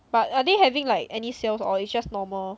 but are they having like any sales or is just normal